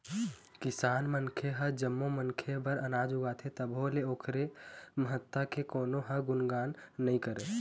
किसान मनखे ह जम्मो मनखे बर अनाज उगाथे तभो ले ओखर महत्ता के कोनो ह गुनगान नइ करय